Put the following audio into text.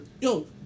Yo